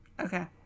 Okay